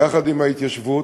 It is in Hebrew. יחד עם ההתיישבות,